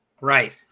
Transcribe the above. Right